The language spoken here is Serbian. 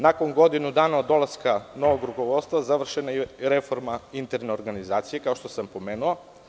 Nakon godinu dana od dolaska novog rukovodstva, završena je reforma interne organizacije, kao što sam pomenuo.